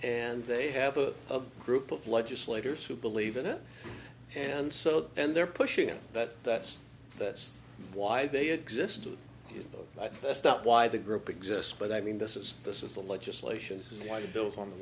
and they have a group of legislators who believe in it and so and they're pushing it that that's why they existed but that's not why the group exists but i mean this is this is the legislation why the bills on the